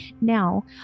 Now